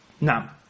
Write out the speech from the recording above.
Now